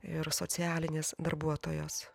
ir socialinės darbuotojos